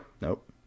Nope